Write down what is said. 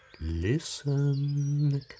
Listen